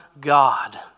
God